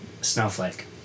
snowflake